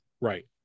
right